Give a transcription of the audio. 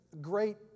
great